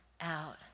out